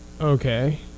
Okay